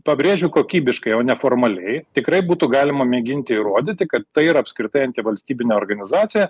pabrėžiu kokybiškai o ne formaliai tikrai būtų galima mėginti įrodyti kad tai yra apskritai antivalstybinė organizacija